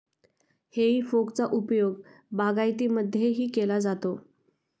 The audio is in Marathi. हेई फोकचा उपयोग बागायतीमध्येही केला जातो